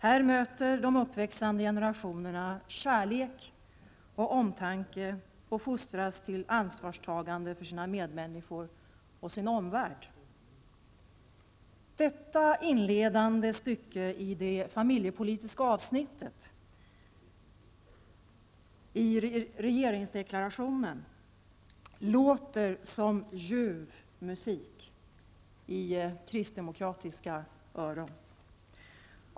Här möter de uppväxande generationerna kärlek och omtanke och fostras till ansvarstagande för sina medmänniskor och sin omvärld.'' Detta inledande stycke i det familjepolitiska avsnittet i regeringsdeklarationen är som ljuv musik i kristdemokratiska öron.